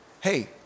Hey